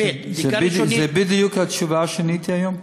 זאת בדיוק התשובה שעניתי היום.